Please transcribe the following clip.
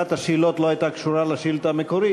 אחת השאלות לא הייתה קשורה לשאילתה המקורית.